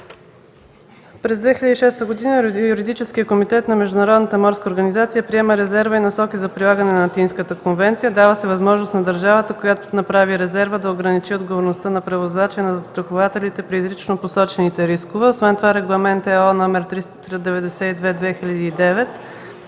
През 2006 г. Юридическият комитет на Международната морска организация приема резерва и насоки за прилагане на Атинската конвенция. Дава се възможност на държавата, която направи резерва, да ограничи отговорността на превозвача и на застрахователите при изрично посочени рискове. Освен това Регламент (ЕО) № 392/2009